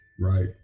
right